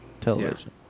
television